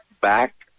back